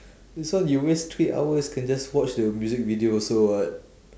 this one you waste three hours can just watch the music video also [what]